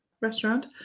restaurant